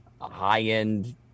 high-end